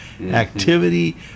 activity